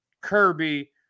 Kirby